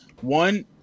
One